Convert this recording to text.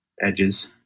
edges